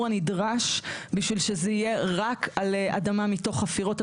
הנדרש בשביל שזה יהיה רק על אדמה מתוך חפירות.